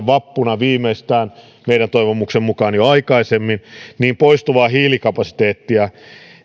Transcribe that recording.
vappuna kaksituhattakaksikymmentäyhdeksän meidän toivomuksemme mukaan jo aikaisemmin poistuvaa hiilikapasiteettia